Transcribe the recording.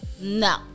No